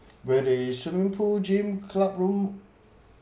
will the swimming pool gym club room